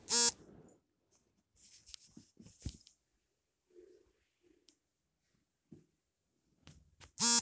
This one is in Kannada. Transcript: ಚೆರಿ ಹಣ್ಣು ನಮ್ ದೇಹದ್ ಚಯಾಪಚಯ ಕ್ರಿಯೆಯನ್ನು ಬಲಪಡಿಸೋ ವಿಟಮಿನ್ ಅನ್ನ ಹೊಂದಯ್ತೆ